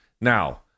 now